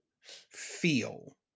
feel